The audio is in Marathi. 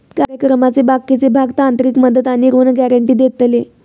कार्यक्रमाचे बाकीचे भाग तांत्रिक मदत आणि ऋण गॅरेंटी देतले